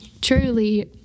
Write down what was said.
truly